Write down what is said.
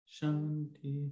Shanti